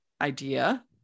idea